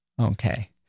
Okay